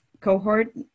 cohort